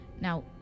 Now